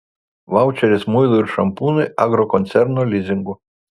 vaučeris muilui ir šampūnui agrokoncerno lizingu